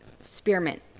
spearmint